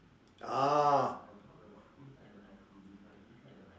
ah